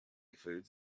foods